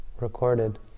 recorded